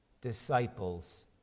disciples